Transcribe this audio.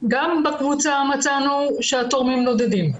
שגם בקבוצה מצאנו שהתורמים נודדים,